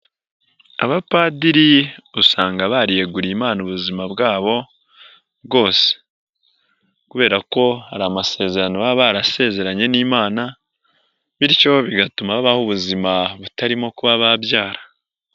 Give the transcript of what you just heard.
Abapadiri usanga bariyeguriye Imana ubuzima bwabo bwose, kubera ko hari amasezerano baba barasezeranye n'Imana, bityo bigatuma bababaho ubuzima batarimo kuba babyara.